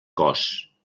cos